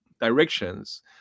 directions